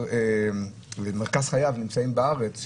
מרכז חייו נמצאים בארץ.